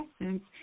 essence